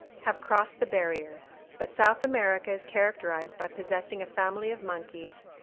have crossed the barrier but south america is characterized by possessing a family of monkeys,